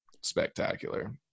spectacular